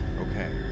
okay